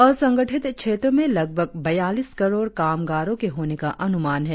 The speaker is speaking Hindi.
असंगठित क्षेत्रों में लगभग बयालीस करोड़ कामगारों के होने का अनुमान है